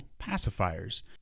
pacifiers